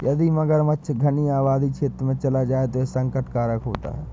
यदि मगरमच्छ घनी आबादी क्षेत्र में चला जाए तो यह संकट कारक होता है